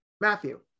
Matthew